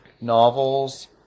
novels